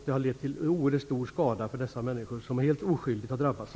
Det har lett till oerhört stor skada för dessa människor som helt oskyldigt har drabbats.